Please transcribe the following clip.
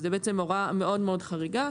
זו בעצם הוראה מאוד חריגה,